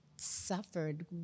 suffered